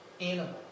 animal